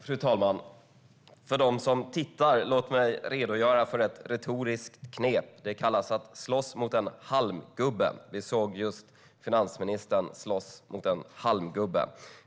Fru talman! Låt mig för dem som tittar redogöra för det retoriska knepet att slåss mot en halmgubbe. Vi såg just finansministern göra detta.